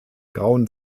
grauen